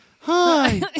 Hi